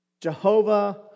Jehovah